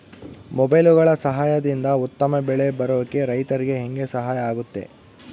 ಮೊಬೈಲುಗಳ ಸಹಾಯದಿಂದ ಉತ್ತಮ ಬೆಳೆ ಬರೋಕೆ ರೈತರಿಗೆ ಹೆಂಗೆ ಸಹಾಯ ಆಗುತ್ತೆ?